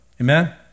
Amen